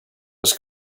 was